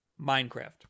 Minecraft